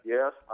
Yes